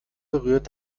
berührt